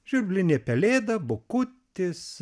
žvirblinė pelėda bukutis